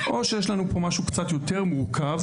או שיש לנו משהו קצת יותר מורכב.